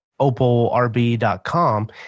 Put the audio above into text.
opalrb.com